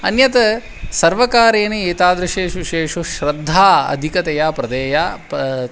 अन्यत् सर्वकारेण एतादृशेषु विषयेषु येषु श्रद्धा अधिकतया प्रदेया स्यात्